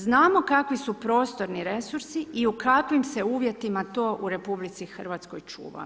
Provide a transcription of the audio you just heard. Znamo kakvi su prostorni resursi i u kakvim se uvjetima to u RH čuva.